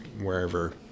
wherever